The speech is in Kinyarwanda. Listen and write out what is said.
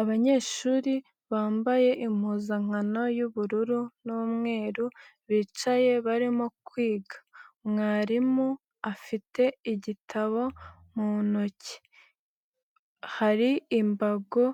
Abanyeshuri bambaye impuzankano y'ubururu n'umweru, bicaye barimo kwiga, mwarimu afite igitabo mu ntoki, hari imbago